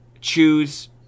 choose